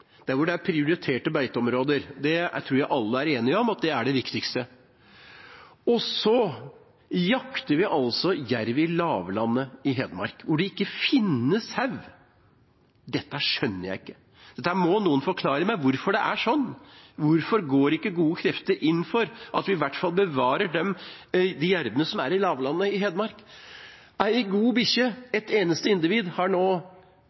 der hvor det er prioriterte beiteområder. Jeg tror alle er enige om at det er det viktigste. Og så jakter vi altså jerv i lavlandet i Hedmark, hvor det ikke finnes sau. Dette skjønner jeg ikke. Dette må noen forklare meg – hvorfor det er sånn. Hvorfor går ikke gode krefter inn for at vi i hvert fall bevarer de jervene som er i lavlandet i Hedmark? Ei god bikkje, ett eneste individ, har nå